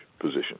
position